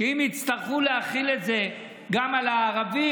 שאם יצטרכו להחיל את זה גם על הערבים,